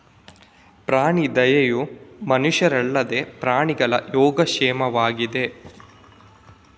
ಪ್ರಾಣಿ ದಯೆಯು ಮನುಷ್ಯರಲ್ಲದ ಪ್ರಾಣಿಗಳ ಯೋಗಕ್ಷೇಮವಾಗಿದೆ